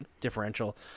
differential